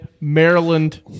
Maryland